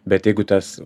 bet jeigu tas